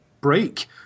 break